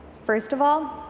first of all,